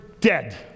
dead